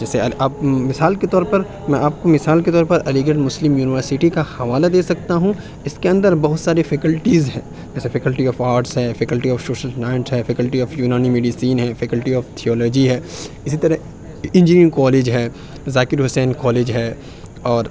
جیسے اب مثال کے طور پر میں آپ کو مثال کے طور پر علی گڑھ مسلم یونیورسٹی کا حوالہ دے سکتا ہوں اس کے اندر بہت سارے فیکیلٹیز ہیں جیسے فیکلٹی آف آرٹس ہیں فیکلٹی آف شوشل سائنس ہے فیکلٹی آف یونانی میڈیسن ہے فیکلٹی آف تھیو لوجی ہے اسی طرح انجینئرنگ کالج ہے ذاکر حسین کالج ہے اور